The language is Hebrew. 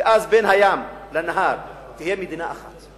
ואז בין הים לנהר תהיה מדינה אחת.